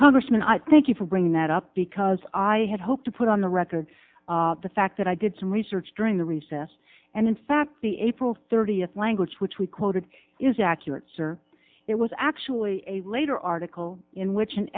congressman i thank you for bringing that up because i had hoped to put on the record the fact that i did some research during the recess and in fact the april thirtieth language which we quoted is accurate sir it was actually a later article in which an